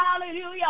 Hallelujah